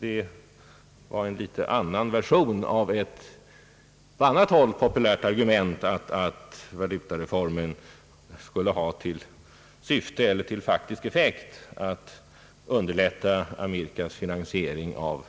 Det var en ny version av ett på annat håll populärt argument, att valutareformen skulle ha till syfte eller till faktisk effekt att underlätta USA:s finansiering av